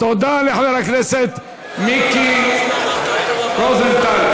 תודה לחבר הכנסת מיקי רוזנטל.